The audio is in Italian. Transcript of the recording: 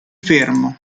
fermo